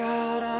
God